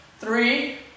three